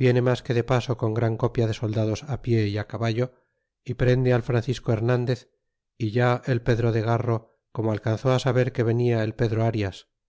viene mas que de paso con gran copia de soldados pie y caballo y prende al francisco hernandez é ya el pedro de guro como alcanzó saber que venia el pedro arias